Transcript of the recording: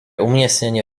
umiestnenie